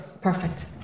perfect